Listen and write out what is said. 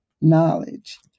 Knowledge